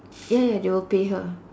ya ya they will pay her